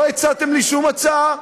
לא הצעתם לי שום הצעה.